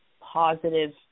positive